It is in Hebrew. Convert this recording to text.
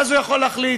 אז הוא יכול להחליט: